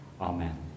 Amen